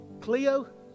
Cleo